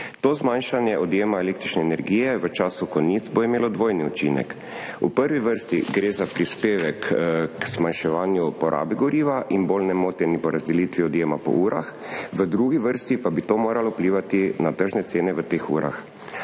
To zmanjšanje odjema električne energije v času konic bo imelo dvojni učinek. V prvi vrsti gre za prispevek k zmanjševanju porabe goriva in bolj nemoteni porazdelitvi odjema po urah, v drugi vrsti pa bi to moralo vplivati na tržne cene v teh urah.